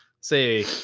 say